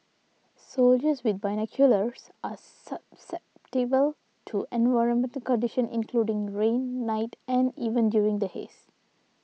soldiers with binoculars are susceptible to environmental conditions including rain night and even during the haze